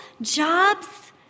jobs